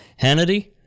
Hannity